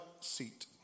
seat